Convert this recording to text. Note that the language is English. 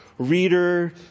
Reader